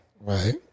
Right